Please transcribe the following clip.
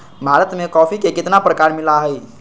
भारत में कॉफी के कितना प्रकार मिला हई?